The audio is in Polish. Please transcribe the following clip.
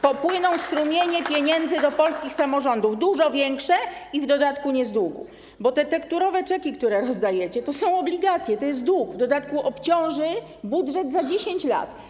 Popłyną strumienie pieniędzy do polskich samorządów, dużo większe i w dodatku nie z długu, bo te tekturowe czeki, które rozdajecie, to są obligacje, to jest dług, w dodatku to obciąży budżet za 10 lat.